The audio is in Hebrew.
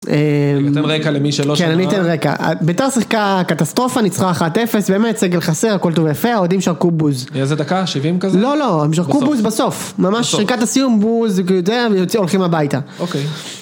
אני אתן רקע למי שלא שמע. ביתר שיחקה קטסטרופה, ניצחה אחת אפס, באמת סגל חסר, הכל טוב ויפה, האוהדים שרקו בוז. איזה דקה? שבעים כזה? לא לא, הם שרקו בוז בסוף, ממש שריקת הסיום, בוז, הולכים הביתה. אוקיי.